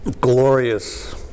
glorious